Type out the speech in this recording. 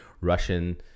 Russian